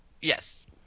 yes